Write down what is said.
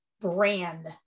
brand